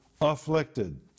afflicted